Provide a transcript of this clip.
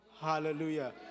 Hallelujah